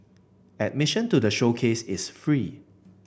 admission to the showcase is free